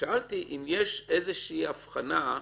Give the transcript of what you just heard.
שאלתי אם יש איזושהי הבחנה,